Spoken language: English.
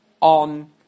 on